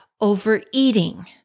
overeating